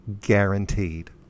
guaranteed